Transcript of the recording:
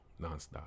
nonstop